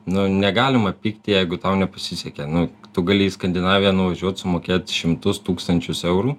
nu negalima pykti jeigu tau nepasisekė nu tu gali į skandinaviją nuvažiuot sumokėt šimtus tūkstančius eurų